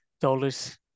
dollars